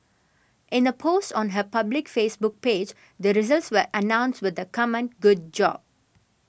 in a post on her public Facebook page the results were announced with the comment good job